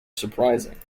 surprising